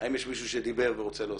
האם יש מישהו שדיבר ורוצה להוסיף?